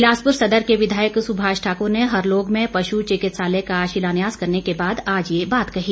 बिलासपुर सदर के विधायक सुभाष ठाकुर ने हरलोग में पशु चिकित्सालय का शिलान्यास करने के बाद आज ये बात कही